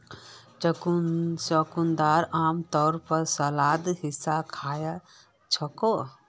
चुकंदरक आमतौरत सलादेर हिस्सा खा छेक